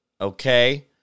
Okay